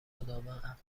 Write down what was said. خداوند